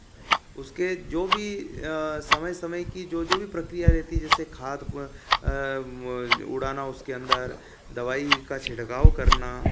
उसके जो भी समय समय की जो जो भी प्रक्रिया रहती जैसे खाद पुआ उड़ाना उसके अंदर दवाई का छिड़काव करना